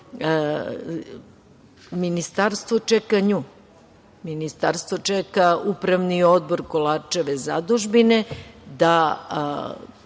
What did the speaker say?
Ministarstvo čeka nju. Ministarstvo čeka upravni odbor Kolarčeve zadužbine da